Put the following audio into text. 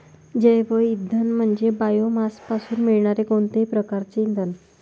जैवइंधन म्हणजे बायोमासपासून मिळणारे कोणतेही प्रकारचे इंधन